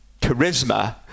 charisma